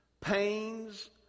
pains